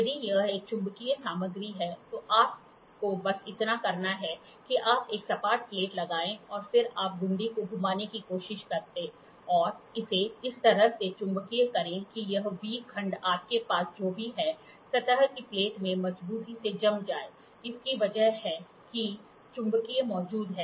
यदि यह एक चुंबकीय सामग्री है तो आपको बस इतना करना है कि आप एक सपाट प्लेट लगाएं और फिर आप घुंडी को घुमाने की कोशिश करें और इसे इस तरह से चुम्बकित करें कि यह V खंड आपके पास जो भी हो सतह की प्लेट में मजबूती से जम जाए इसकी वजह है कि चुंबक मौजूद है